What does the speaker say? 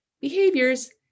behaviors